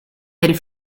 del